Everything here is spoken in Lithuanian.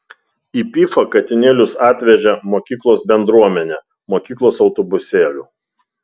į pifą katinėlius atvežė mokyklos bendruomenė mokyklos autobusėliu